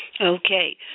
Okay